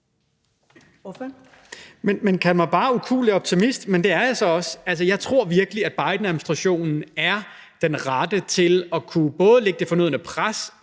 (V): Kald mig bare ukuelig optimist, men det er jeg så også. Jeg tror virkelig, at Bidenadministrationen er den rette til både at kunne lægge det fornødne pres